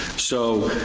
so.